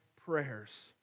prayers